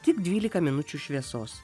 tik dvylika minučių šviesos